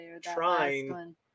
trying